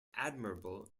admirable